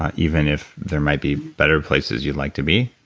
ah even if there might be better places you'd like to be